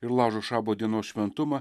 ir laužo šabo dienos šventumą